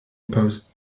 impose